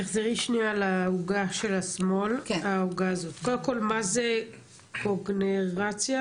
מה זה קוגנרציה?